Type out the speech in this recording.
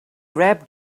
wrapped